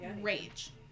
Rage